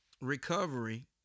recovery